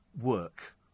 work